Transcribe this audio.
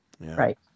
Right